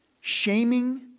shaming